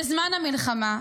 בזמן המלחמה,